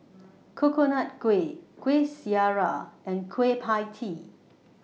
Coconut Kuih Kuih Syara and Kueh PIE Tee